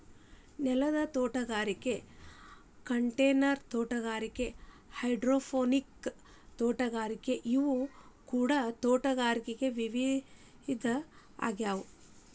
ನೆಲದ ತೋಟಗಾರಿಕೆ ಕಂಟೈನರ್ ತೋಟಗಾರಿಕೆ ಹೈಡ್ರೋಪೋನಿಕ್ ತೋಟಗಾರಿಕೆ ಇವು ಕೂಡ ತೋಟಗಾರಿಕೆ ವಿಧ ಆಗ್ಯಾವ